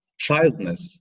childness